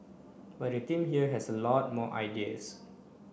but the team here has a lot more ideas